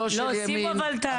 לא של ימין --- אבל שים את הנקודה,